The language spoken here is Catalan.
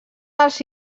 dels